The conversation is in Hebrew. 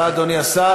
תודה, אדוני השר.